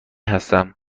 هستم